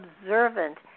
observant